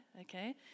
okay